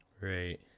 Right